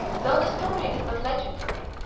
though the story is but legendary,